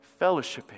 fellowshipping